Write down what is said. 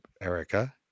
Erica